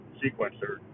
sequencer